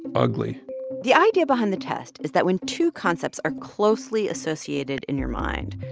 ugly the idea behind the test is that when two concepts are closely associated in your mind,